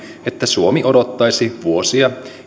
että suomi odottaisi vuosia